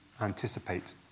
anticipate